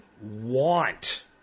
want